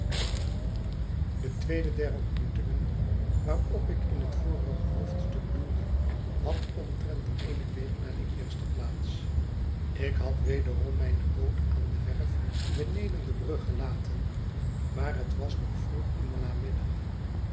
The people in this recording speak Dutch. de tweede der ontmoetingen waarop ik in het vorige hoofdstuk doelde had omtrent eene week na de eerste plaats ik had wedeiom mijne boot aan de werf beneden de brug gelaten maar het was nog vroeg in den namiddag